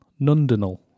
Nundinal